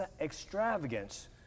extravagance